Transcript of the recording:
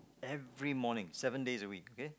every morning seven days a week okay